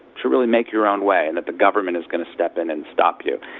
to really make your own way, and that the government is going to step in and stop you.